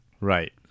right